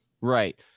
Right